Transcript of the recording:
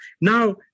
Now